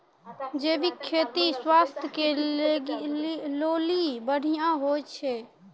जैविक खेती स्वास्थ्य के लेली बढ़िया होय छै